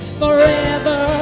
forever